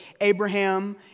Abraham